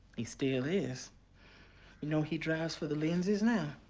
he still is. you know, he drives for the lindsays now.